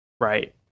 Right